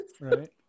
right